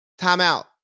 timeout